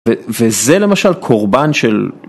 וזה למשל קורבן של...